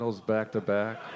back-to-back